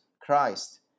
Christ